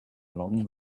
along